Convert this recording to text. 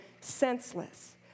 senseless